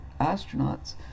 astronauts